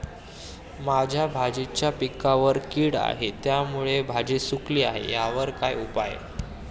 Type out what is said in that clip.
माझ्या भाजीच्या पिकावर कीड आहे त्यामुळे भाजी सुकली आहे यावर काय उपाय?